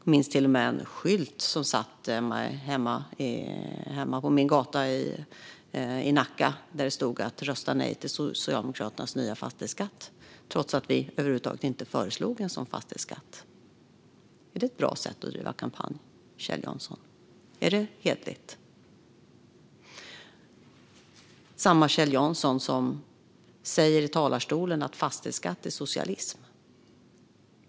Jag minns till och med en skylt som satt hemma på min gata i Nacka där det stod: Rösta nej till Socialdemokraternas nya fastighetsskatt - trots att vi över huvud taget inte föreslog en sådan fastighetsskatt. Är det ett bra sätt att driva kampanj, Kjell Jansson? Är det hederligt? Det är samma Kjell Jansson som säger i talarstolen: Fastighetsskatt är socialism.